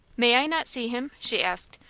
may i not see him? she asked.